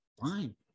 Fine